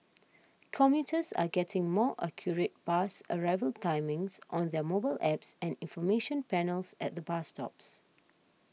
commuters are getting more accurate bus arrival timings on their mobile apps and information panels at the bus stops